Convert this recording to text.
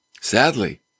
Sadly